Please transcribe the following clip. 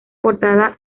portada